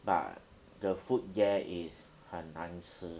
but the food there is 很难吃